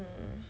hmm